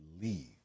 leave